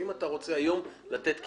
אם אתה רוצה היום לתת הודעה,